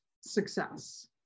success